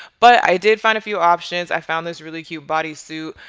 but i did find a few options. i found this really cute body suit.